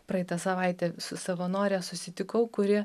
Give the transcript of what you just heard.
praeitą savaitę su savanore susitikau kuri